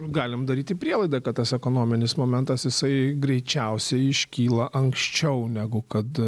galim daryti prielaidą kad tas ekonominis momentas jisai greičiausiai iškyla anksčiau negu kad